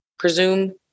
presume